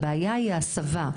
הבעיה היא ההסבה,